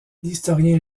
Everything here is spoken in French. l’historien